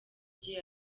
bye